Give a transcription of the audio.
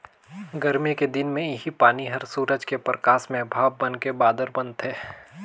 गरमी के दिन मे इहीं पानी हर सूरज के परकास में भाप बनके बादर बनथे